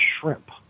shrimp